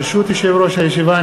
ברשות יושב-ראש הישיבה,